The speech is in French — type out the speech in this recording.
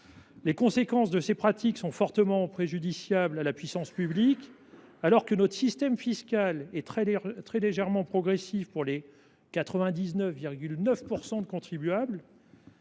Les conséquences de ces pratiques sont fortement préjudiciables à la puissance publique. Alors que notre système fiscal est très légèrement progressif pour les 99,9 % des contribuables,